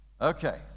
Okay